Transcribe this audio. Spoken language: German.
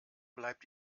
bleibt